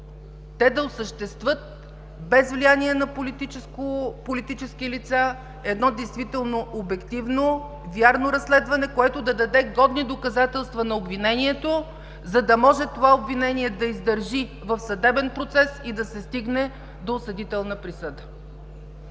да осъществят без влияние на политически лица едно действително обективно, вярно разследване, което да даде годни доказателства на обвинението, за да може това обвинение да издържи в съдебен процес и да се стигне до осъдителна присъда.